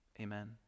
amen